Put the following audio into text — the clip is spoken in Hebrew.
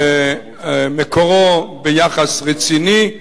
מקורו ביחס רציני,